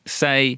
say